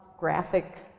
graphic